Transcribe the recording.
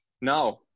Now